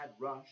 rush